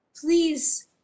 please